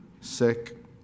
sick